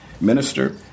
minister